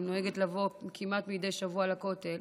היא נוהגת לבוא כמעט מדי שבוע לכותל,